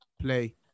play